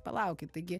palaukit taigi